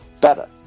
better